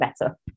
better